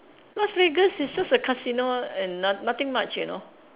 Las-Vegas is just a casino and no~ nothing much you know